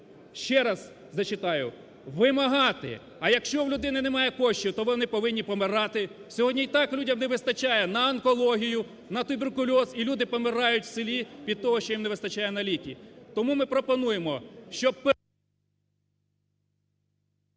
Ще раз зачитаю – "вимагати". А якщо у людини немає коштів, то вони повинні помирати. Сьогодні і так людям не вистачає на онкологію, на туберкульоз і люди помирають в селі від того, що їм не вистачає на ліки. Тому ми пропонуємо, щоб…